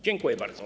Dziękuję bardzo.